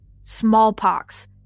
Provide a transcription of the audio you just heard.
smallpox